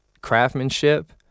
craftsmanship